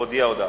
להודיע הודעה.